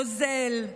אוזל.